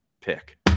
pick